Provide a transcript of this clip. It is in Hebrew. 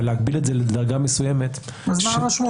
אבל להגביל את זה לדרגה מסוימת --- אז מה המשמעות?